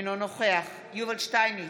אינו נוכח יובל שטייניץ,